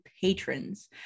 patrons